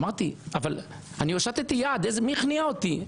אמרתי: אבל אני הושטתי יד, מי הכניע אותי?